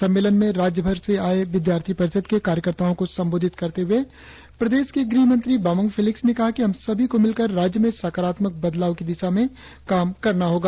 सम्मेलन में राज्यभर से आये विद्यार्थी परिषद के कार्यकर्ताओं को संबोधित करते हुए प्रदेश के गृहमंत्री बामंग फेलिक्स ने कहा कि हम सभी को मिलकर राज्य में सकारात्मक बदलाव की दिशा में काम करना होगा